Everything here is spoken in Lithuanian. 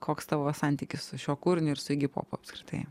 koks tavo santykis su šiuo kūriniu ir su igi popu apskritai